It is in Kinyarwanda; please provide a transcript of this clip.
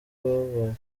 babonye